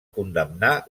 condemnar